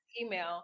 email